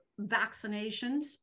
vaccinations